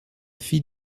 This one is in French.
fille